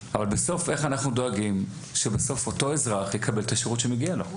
איך אנחנו דואגים שבסוף אותו אזרח יקבל את השירות שמגיע לו?